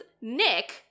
Nick